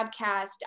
podcast